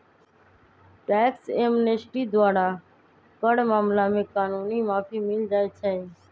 tax amnesty द्वारा कर मामला में कानूनी माफी मिल जाइ छै